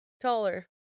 taller